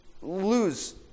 lose